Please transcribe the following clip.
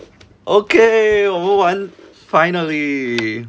okay 我们完 finally